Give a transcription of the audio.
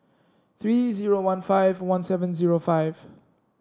three zero one five one seven zero five